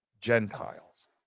Gentiles